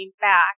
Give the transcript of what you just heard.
back